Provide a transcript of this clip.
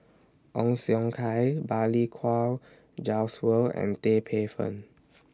Ong Siong Kai Balli Kaur Jaswal and Tan Paey Fern